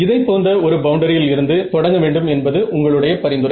இதைப் போன்ற ஒரு பவுண்டரியில் இருந்து தொடங்க வேண்டும் என்பது உங்களுடைய பரிந்துரை